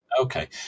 Okay